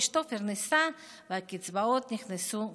אשתו פרנסה והקצבאות נכנסו כסדרן.